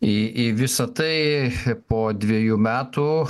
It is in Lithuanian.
į į visa tai po dvejų metų